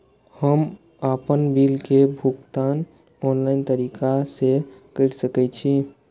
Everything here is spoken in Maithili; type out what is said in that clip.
हम आपन बिल के भुगतान ऑनलाइन तरीका से कर सके छी?